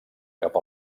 cap